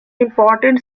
important